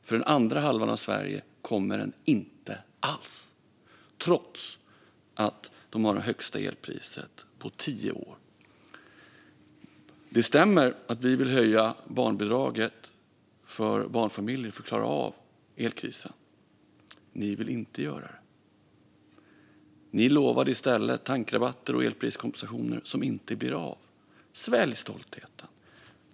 För den andra halvan av Sverige kommer den inte alls, trots att de har det högsta elpriset på tio år. Det stämmer att vi vill höja barnbidraget för barnfamiljer för att klara av elkrisen. Ni vill inte göra det. Ni lovar i stället tankrabatter och elpriskompensationer som inte blir av. Svälj stoltheten.